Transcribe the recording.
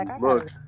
look